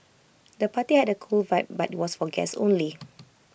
the party had A cool vibe but was for guests only